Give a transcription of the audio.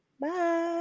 Bye